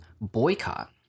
boycott